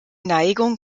neigung